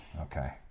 Okay